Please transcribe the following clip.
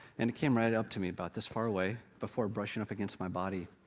and it came right up to me about this far away, before brushing up against my body.